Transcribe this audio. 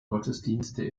gottesdienste